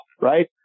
right